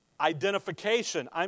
identification